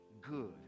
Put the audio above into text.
good